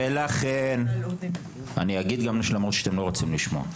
ולכן אני אגיד גם דברים שאתם לא רוצים לשמוע,